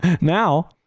now